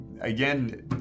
again